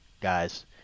guys